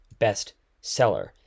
bestseller